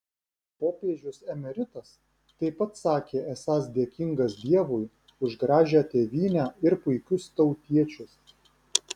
popiežius emeritas taip pat sakė esąs dėkingas dievui už gražią tėvynę ir puikius tautiečius